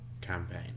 campaign